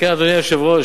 אדוני היושב-ראש,